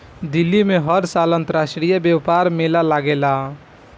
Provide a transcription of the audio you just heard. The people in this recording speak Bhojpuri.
दिल्ली में हर साल अंतरराष्ट्रीय व्यापार मेला लागेला